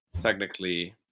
technically